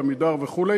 "עמידר" וכו':